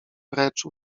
precz